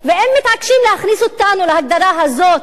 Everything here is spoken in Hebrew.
והם מתעקשים להכניס אותנו להגדרה הזאת,